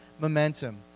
momentum